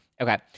Okay